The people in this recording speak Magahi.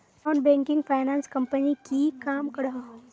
नॉन बैंकिंग फाइनांस कंपनी की काम करोहो?